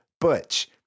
Butch